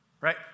right